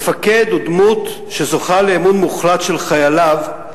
מפקד הוא דמות שזוכה לאמון מוחלט של חייליו,